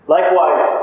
Likewise